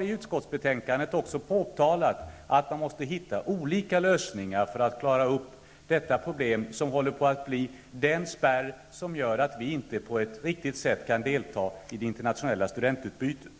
I utskottsbetänkandet har vi också uttalat att man måste finna olika lösningar för att komma till rätta med detta problem, som håller på att bli den spärr som gör att vi inte på ett riktigt sätt kan delta i det internationella studentutbytet.